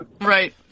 right